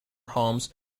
homes